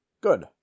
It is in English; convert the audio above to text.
Good